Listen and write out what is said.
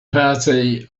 party